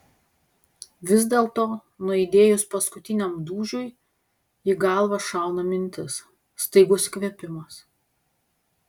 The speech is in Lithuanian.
vis dėlto nuaidėjus paskutiniam dūžiui į galvą šauna mintis staigus įkvėpimas